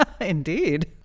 indeed